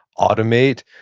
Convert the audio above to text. automate,